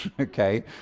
Okay